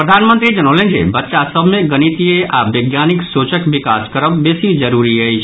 प्रधानमंत्री जनौलनि जे बच्चा सभ मे गणितिय आ वैज्ञानिक सोचक विकास करब बेसी जरूरी अछि